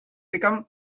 become